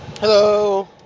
Hello